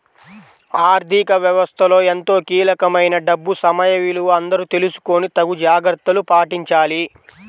ఆర్ధిక వ్యవస్థలో ఎంతో కీలకమైన డబ్బు సమయ విలువ అందరూ తెలుసుకొని తగు జాగర్తలు పాటించాలి